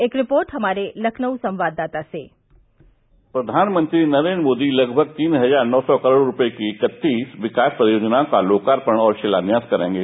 एक रिपोर्ट हमारे लखनऊ संवाददाता से प्रधानमंत्री नरेन्द्र मोदी लगभग तीन हजार नौ सौ करोड़ की इक्कतीस विकास परियोजनओं का लोकार्पण और शिलान्यास करेंगे